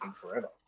forever